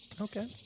Okay